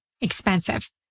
expensive